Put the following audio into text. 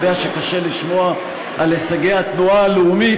אני יודע שקשה לשמוע על הישגי התנועה הלאומית,